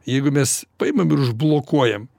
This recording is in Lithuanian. jeigu mes paimam ir užblokuojam